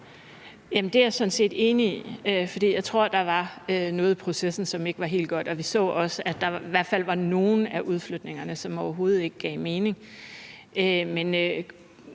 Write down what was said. Det er jeg sådan set enig i. For jeg tror, der var noget i processen, som ikke var helt godt, og vi så også, at der i hvert fald var nogle af udflytningerne, som overhovedet ikke gav mening.